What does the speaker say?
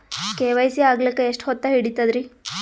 KYC ಆಗಲಕ್ಕ ಎಷ್ಟ ಹೊತ್ತ ಹಿಡತದ್ರಿ?